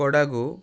Kodagu